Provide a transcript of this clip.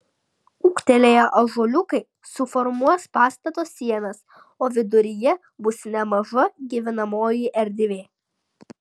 ūgtelėję ąžuoliukai suformuos pastato sienas o viduryje bus nemaža gyvenamoji erdvė